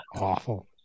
awful